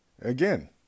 Again